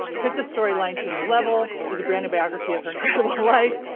took the story line to a new level. there's a brand new biography of her incredible life,